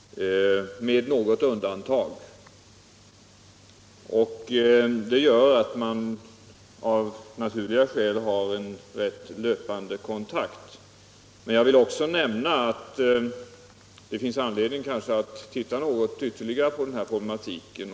Av naturliga skäl kan därför sådana kontakter upprätthållas ganska fortlöpande. Men jag vill också nämna att det kanske finns anledning att titta något ytterligare på denna problematik.